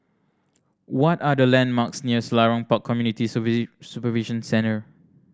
what are the landmarks near Selarang Park Community Supervision Centre